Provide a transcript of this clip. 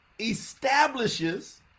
establishes